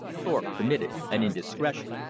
thorpe committed an indiscretion.